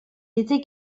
était